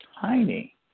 tiny